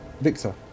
Victor